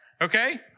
okay